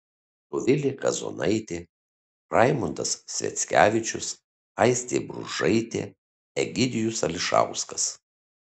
dovilė kazonaitė raimondas sviackevičius aistė bružaitė egidijus ališauskas